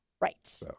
Right